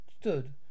stood